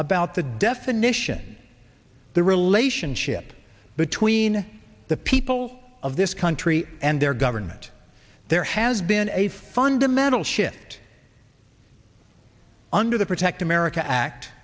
about the definition of the relationship between the people of this country and their government there has been a fundamental shift under the protect america act